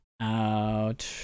out